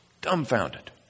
Dumbfounded